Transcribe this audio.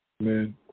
Amen